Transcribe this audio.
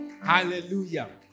Hallelujah